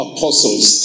Apostles